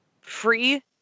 Free